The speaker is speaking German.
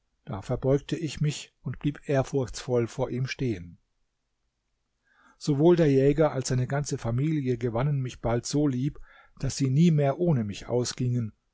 da verbeugte ich mich und blieb ehrfurchtsvoll vor ihm stehen sowohl der jäger als seine ganze familie gewannen mich bald so lieb daß sie nie mehr ohne mich ausgingen